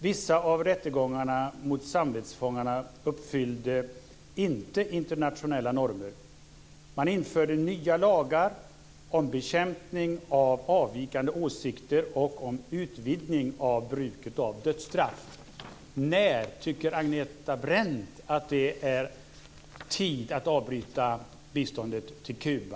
Vissa av rättegångarna mot samvetsfångarna uppfyllde inte internationella normer. Man införde nya lagar om bekämpning av avvikande åsikter och om utvidgning av bruket av dödsstraff. När tycker Agneta Brendt att det är tid att avbryta biståndet till Kuba?